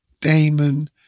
Damon